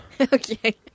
Okay